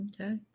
Okay